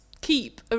keep